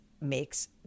makes